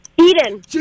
Eden